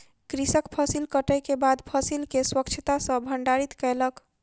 कृषक फसिल कटै के बाद फसिल के स्वच्छता सॅ भंडारित कयलक